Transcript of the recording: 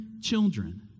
children